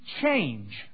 change